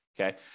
Okay